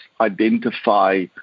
identify